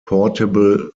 portable